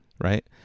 right